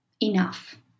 enough